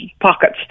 pockets